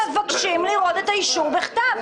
מבקשים לראות את האישור בכתב.